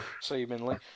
seemingly